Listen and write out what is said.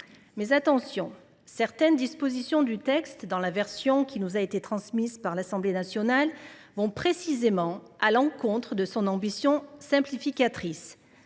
à saluer. Certaines dispositions du texte, toutefois, dans la version qui nous a été transmise par l’Assemblée nationale, vont précisément à l’encontre de son ambition simplificatrice.